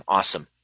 Awesome